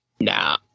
Nah